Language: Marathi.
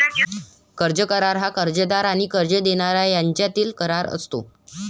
कर्ज करार हा कर्जदार आणि कर्ज देणारा यांच्यातील करार असतो